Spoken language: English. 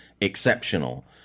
exceptional